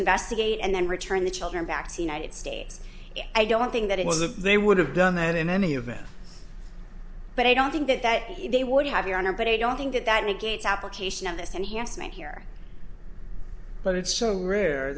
investigate and then return the children back to the united states i don't think that it was a they would have done that in any event but i don't think that he would have your honor but i don't think that that negates application of this and yes many here but it's so rare